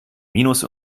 minus